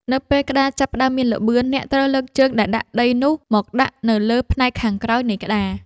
នៅពេលក្ដារចាប់ផ្ដើមមានល្បឿន អ្នកត្រូវលើកជើងដែលធាក់ដីនោះមកដាក់នៅលើផ្នែកខាងក្រោយនៃក្ដារ។